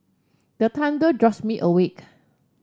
the thunder jolts me awake